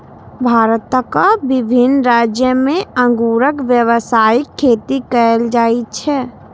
भारतक विभिन्न राज्य मे अंगूरक व्यावसायिक खेती कैल जाइ छै